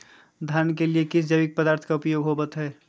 धान के लिए किस जैविक पदार्थ का उपयोग होवत है?